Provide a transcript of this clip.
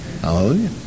Hallelujah